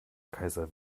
kaiser